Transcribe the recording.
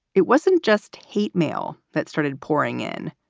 it wasn't just hate mail that started pouring in.